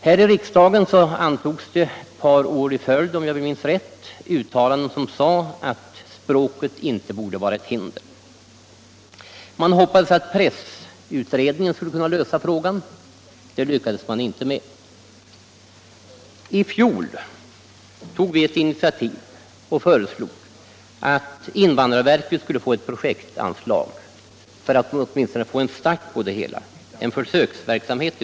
Här i riksdagen antogs det ett par år i följd — om jag minns rätt — uttalanden om att språket inte borde vara ett hinder för presstöd. Man hoppades att pressutredningen skulle kunna lösa frågan, men det lyckades den inte med. I fjol tog vi ett initiativ och föreslog att invandrarverket skulle få ett projektanslag för att åtminstone bedriva en försöksverksamhet.